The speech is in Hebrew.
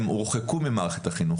הם הורחקו ממערכת החינוך.